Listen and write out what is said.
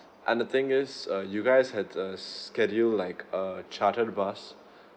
and the thing is uh you guys had uh scheduled like a chartered bus